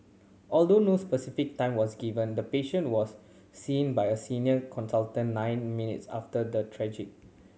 although no specific time was given the patient was seen by a senior consultant nine minutes after the triage